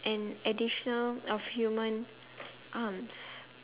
an additional of human arms